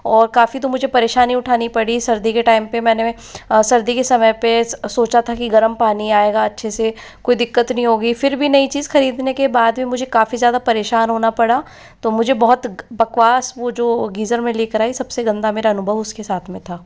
और काफी तो मुझे परेशानी उठानी पड़ी सर्दी के टाइम पर मैंने सर्दी के समय पर सोचा था कि गर्म पानी आएगा अच्छे से कोई दिक्कत नहीं होगी फिर भी नई चीज़ खरीदने के बाद भी मुझे काफी ज़्यादा परेशान होना पड़ा तो मुझे बहुत बकवास वह जो गीज़र मैं लेकर आई सबसे गंदा मेरा अनुभव उसके साथ में था